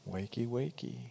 Wakey-wakey